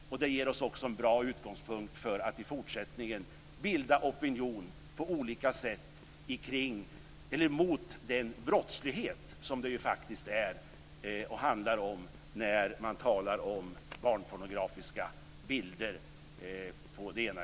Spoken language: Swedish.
Det ger oss också en bra utgångspunkt för att i fortsättningen på olika sätt bilda opinion mot den brottslighet som det handlar om när man talar om barnpornografiska bilder. Fru talman!